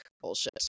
bullshit